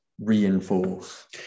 reinforce